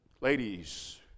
Ladies